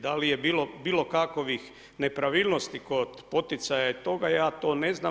Da li je bilo bilo kakovih nepravilnosti kod poticaja i toga, ja to ne znam.